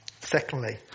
Secondly